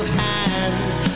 hands